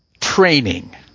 training